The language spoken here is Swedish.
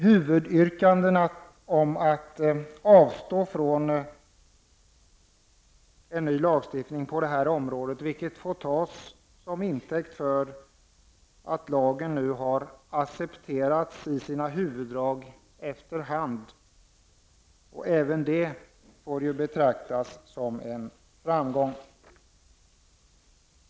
Huvudyrkandena om att avstå från en ny lagstiftning på det här området har emellertid inte återkommit, vilket får tas till intäkt för att lagen i sina huvuddrag efter hand har accepterats. Även det får ju betraktas som en framgång.